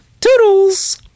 Toodles